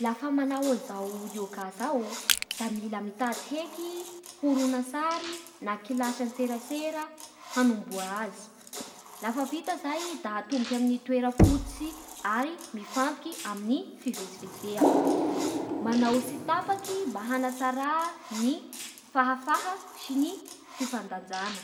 Lafa manao an'izao Yoga zao, da mila mitady heky horonan-tsary na kilasy antserasera hanomboha azy, lafa vita zay da atomboky amin'ny toera fototsy ary mifantoky ami'ny fivezivezea, manao tsy tapaky mba hanatsara ny fahafaha sy ny fifandanjana.